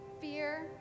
fear